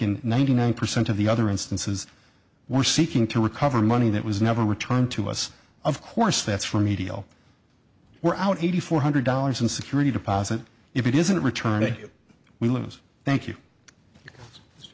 in ninety nine percent of the other instances we're seeking to recover money that was never returned to us of course that's remedial we're out eighty four hundred dollars in security deposit if it isn't returned a we lose thank you